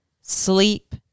sleep